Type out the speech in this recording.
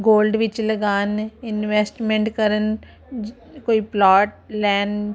gold ਵਿੱਚ ਲਗਾਣ investment ਕਰਨ ਕੋਈ ਪਲੋਟ ਲੈਣ